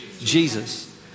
Jesus